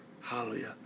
hallelujah